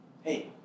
hey